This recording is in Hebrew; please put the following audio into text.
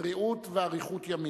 בריאות ואריכות ימים.